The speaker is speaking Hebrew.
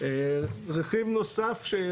רכיב נוסף,